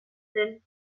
zen